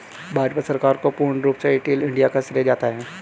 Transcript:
भाजपा सरकार को पूर्ण रूप से डिजिटल इन्डिया का श्रेय जाता है